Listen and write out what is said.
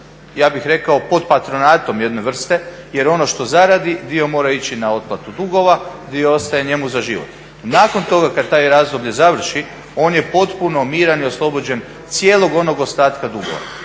ja bih rekao pod patronatom jedne vrste jer ono što zaradi dio mora ići na otplatu dugova, dio ostaje njemu za život. Nakon toga kad to razdoblje završi on je potpuno miran i oslobođen cijelog onog ostatka dugova.